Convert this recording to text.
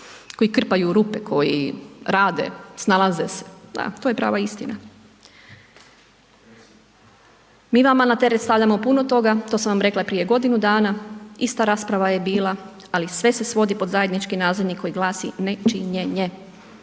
koji krpaju rupe, koji rade, snalaze se, da to je prava istina. Mi vama na teret stavljamo puno toga, to sam rekla prije godinu dana, ista rasprava je bila ali sve se svodi pod zajednički nazivnik koji glasi nečinjenje.